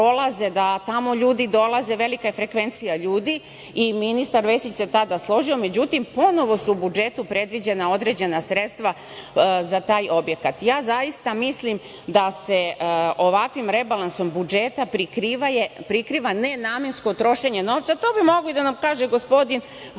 da tamo ljudi dolaze, velika je frekvencija ljudi. Ministar Vesić se tada složio. Međutim, ponovo su u budžetu predviđa na određena sredstva za taj objekat. Zaista mislim da se ovakvim rebalansom budžeta prikriva nenamensko trošenje novca. To bi mogao i da nam kaže gospodin Vulin,